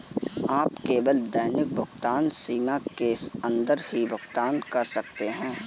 आप केवल दैनिक भुगतान सीमा के अंदर ही भुगतान कर सकते है